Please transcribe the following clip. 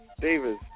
Davis